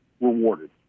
rewarded